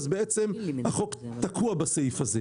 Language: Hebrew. אז בעצם החוק תקוע בסעיף הזה.